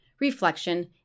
reflection